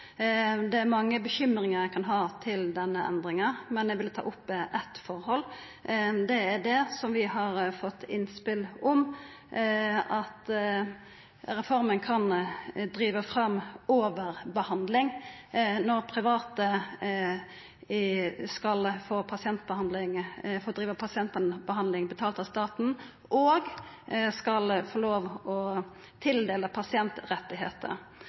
mange bekymringar for denne endringa, men eg vil ta opp eitt forhold som vi har fått innspel om: at reforma kan driva fram overbehandling når private skal få driva pasientbehandling betalt av staten og skal få lov til å tildela